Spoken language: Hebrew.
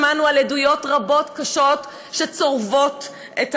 שמענו על עדויות רבות קשות שצורבות את